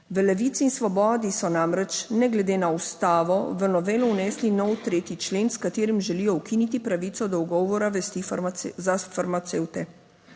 V Levici in svobodi so namreč ne glede na ustavo v novelo vnesli nov 3. člen, s katerim želijo ukiniti pravico do ugovora vesti za farmacevte.